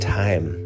time